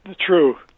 True